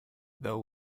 though